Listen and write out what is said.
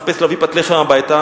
מחפש להביא פת לחם הביתה,